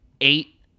eight